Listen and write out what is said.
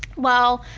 well